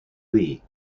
lee